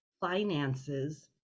finances